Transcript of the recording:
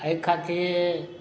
एहि खातिर